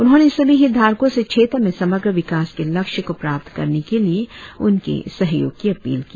उन्होंने सभी हितधारकों से क्षेत्र में समग्र विकास के लक्ष्य को प्राप्त करने के लिए उनकी सहयोग की अपील की